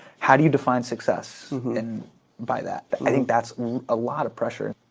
how do you define success by that? i think that's a lot of pressure.